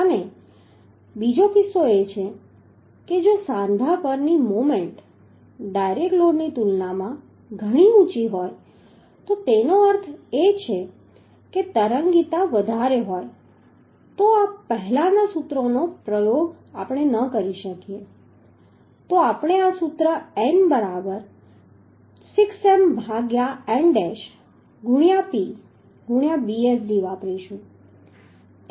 અને બીજો કિસ્સો એ છે કે જો સાંધા પરની મોમેન્ટ ડાયરેક્ટ લોડની તુલનામાં ઘણી ઊંચી હોય તો તેનો અર્થ એ કે તરંગીતા વધારે હોય તો પહેલાના સૂત્રોનો ઉપયોગ નહીં કરીએ તો આપણે આ સૂત્ર n બરાબર 6M ભાગ્યા n ડેશ ગુણ્યા P ગુણ્યા Bsd વાપરીશું